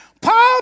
Paul